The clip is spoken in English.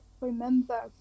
remember